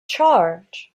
charge